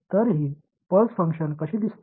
எனவே இந்த பல்ஸ் எப்படி இருக்கும்